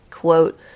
quote